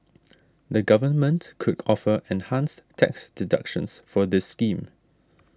the government could offer enhanced tax deductions for this scheme